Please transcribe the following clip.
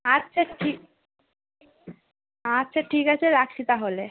আচ্ছা ঠিক আচ্ছা ঠিক আছে রাখছি তাহলে